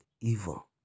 evil